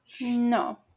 No